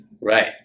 right